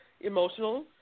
emotional